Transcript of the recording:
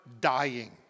dying